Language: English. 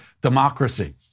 democracy